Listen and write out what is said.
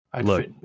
Look